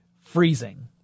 freezing